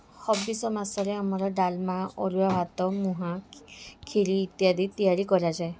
ହବିଷ ମାସରେ ଆମର ଡାଲମା ଅରୁଆ ଭାତ ମୁଆଁ କ୍ଷୀରି ଇତ୍ୟାଦି ତିଆରି କରାଯାଏ